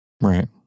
Right